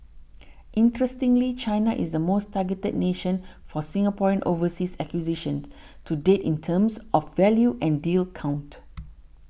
interestingly China is the most targeted nation for Singaporean overseas acquisitions to date in terms of value and deal count